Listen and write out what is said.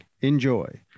Enjoy